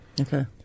Okay